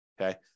Okay